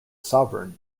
sovereign